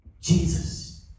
jesus